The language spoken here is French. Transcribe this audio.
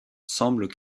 semblent